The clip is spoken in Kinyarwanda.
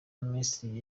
y’abaminisitiri